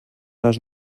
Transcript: les